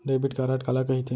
Debit card काला कहिथे?